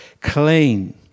clean